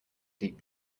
deep